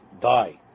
die